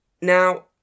Now